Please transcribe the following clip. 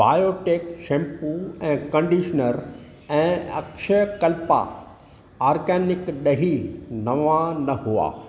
Biotique shampoo ऐं conditioner ऐं Akshayakalpa organic ड॒ही नवां न हुआ